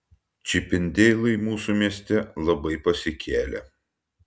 čipendeilai mūsų mieste labai pasikėlę